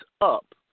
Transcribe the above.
up